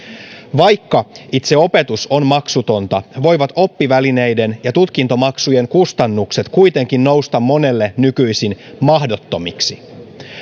vaikka itse opetus on maksutonta voivat oppivälineiden ja tutkintomaksujen kustannukset kuitenkin nousta monelle nykyisin mahdottomiksi